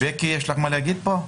בקי, יש לך מה להגיד פה?